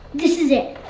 this is it